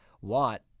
watt